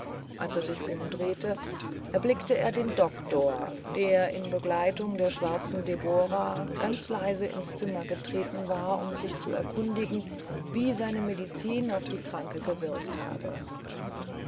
als er sich umdrehte erblickte er den doktor der in begleitung der schwarzen debora ganz leise ins zimmer getreten war um sich zu erkundigen wie seine medizin auf die kranke gewirkt habe